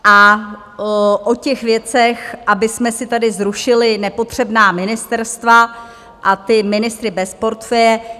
A o těch věcech, abychom si tady zrušili nepotřebná ministerstva a ty ministry bez portfeje...